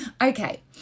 Okay